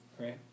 right